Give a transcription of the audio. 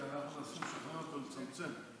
כן, אנחנו מנסים לשכנע אותו לצמצם.